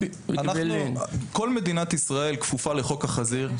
כל מדינת ישראל כפופה לחוק החזיר,